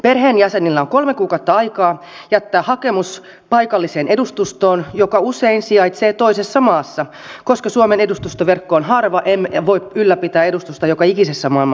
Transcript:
perheenjäsenillä on kolme kuukautta aikaa jättää hakemus paikalliseen edustustoon joka usein sijaitsee toisessa maassa koska suomen edustustoverkko on harva emmekä voi ylläpitää edustusta joka ikisessä maailman maassa